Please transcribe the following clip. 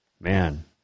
man